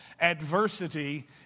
Adversity